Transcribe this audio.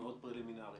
הדיון